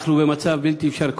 אנחנו במצב בלתי אפשרי.